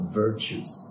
virtues